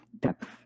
depth